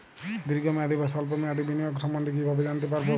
দীর্ঘ মেয়াদি বা স্বল্প মেয়াদি বিনিয়োগ সম্বন্ধে কীভাবে জানতে পারবো?